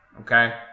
Okay